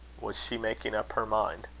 was she making up her mind?